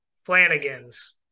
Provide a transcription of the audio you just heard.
Flanagan's